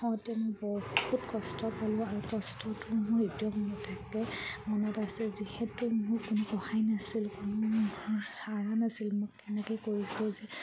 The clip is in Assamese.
হওঁতে মই বহুত কষ্ট পালোঁ আৰু কষ্টটো মোৰ এতিয়াও মনত থাকে মনত আছে যিহেতু মোৰ কোনো সহায় নাছিল কোনো হাৰা নাছিলোঁ মোক কেনেকৈ কৰিছোঁ যে